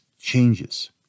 changes